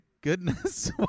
goodness